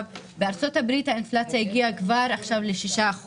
בארצות הברית האינפלציה הגיעה כבר עכשיו ל-6%,